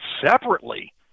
separately